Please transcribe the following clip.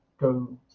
go